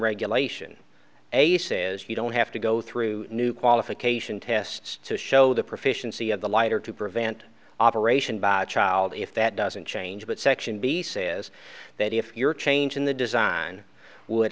regulation a says you don't have to go through new qualification tests to show the proficiency of the lighter to prevent operation by child if that doesn't change what section b says that if you're changing the design would